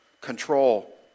control